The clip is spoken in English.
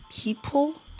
people